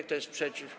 Kto jest przeciw?